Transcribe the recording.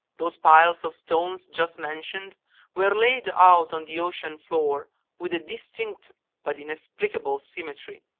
those piles of stones just mentioned were laid out on the ocean floor with a distinct but inexplicable symmetry.